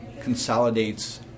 consolidates